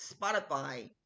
Spotify